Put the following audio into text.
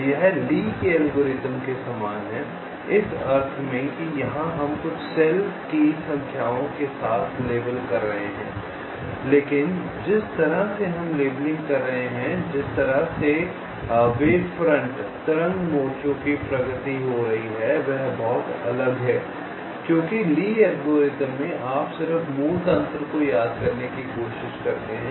यह ली के एल्गोरिथ्म के समान है इस अर्थ में कि यहां हम कुछ सेल को संख्याओं के साथ लेबल कर रहे हैं लेकिन जिस तरह से हम लेबलिंग कर रहे हैं जिस तरह से तरंग मोर्चों की प्रगति हो रही है वह बहुत अलग है क्योंकि ली के एल्गोरिथ्म में आप सिर्फ मूल तंत्र को याद करने की कोशिश करते हैं